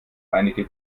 einige